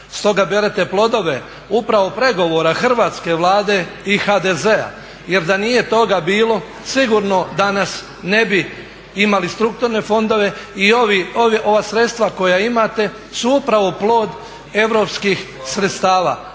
Stoga berete plodove upravo pregovora hrvatske Vlade i HDZ-a jer da nije toga bilo sigurno danas ne bi imali strukturne fondove i ova sredstva koja imate su upravo plod europskih sredstava.